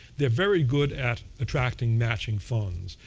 they're very good at attracting matching funds.